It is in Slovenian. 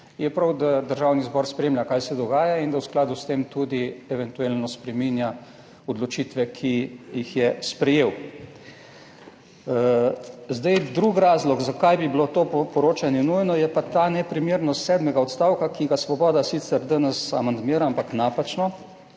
je prav, da Državni zbor spremlja kaj se dogaja, in da v skladu s tem tudi eventualno spreminja odločitve, ki jih je sprejel. Drug razlog, zakaj bi bilo to poročanje nujno, je pa ta neprimernost sedmega odstavka, ki ga Svoboda sicer danes amandmira, ampak napačno.